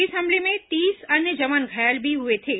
इस हमले में तीस अन्य जवान घायल भी हुए थे